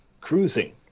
cruising